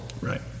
Right